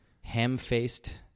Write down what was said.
ham-faced